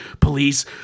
Police